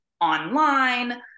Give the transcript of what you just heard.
online